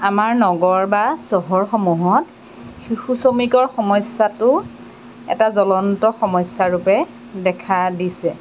আমাৰ নগৰ বা চহৰসমূহত শিশু শ্ৰমিকৰ সমস্যাটো এটা জলন্ত সমস্যা ৰূপে দেখা দিছে